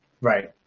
Right